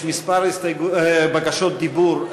יש כמה בקשות דיבור.